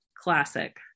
classic